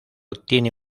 tiene